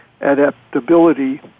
adaptability